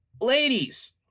ladies